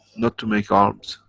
not to make arms.